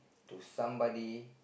to somebody